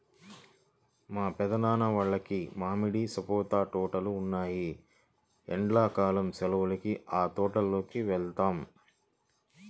మా పెద్దనాన్న వాళ్లకి మామిడి, సపోటా తోటలు ఉన్నాయ్, ఎండ్లా కాలం సెలవులకి ఆ తోటల్లోకి వెళ్తాం